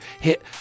hit